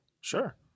Sure